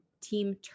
Team